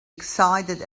excited